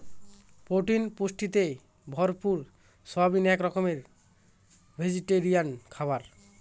protein পুষ্টিতে ভরপুর soybean এক রকমের ভেজিটেরিয়ান খাবার